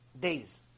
days